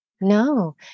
No